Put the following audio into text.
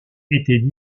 était